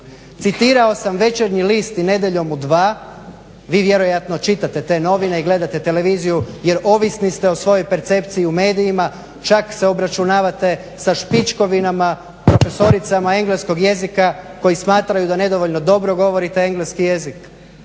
Citirao sam Večernji list i Nedjeljom u 2 vi vjerojatno čitate te novine i gledate televiziju jer ovisni ste o svojoj percepciji u medijima, čak se obračunavate sa Špičkovinama, profesoricama engleskoga jezika koji smatraju da nedovoljno dobro govorite engleski jezik.